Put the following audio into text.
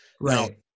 Right